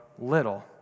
little